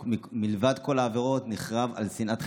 מלבד כל העבירות הוא נחרב על שנאת חינם,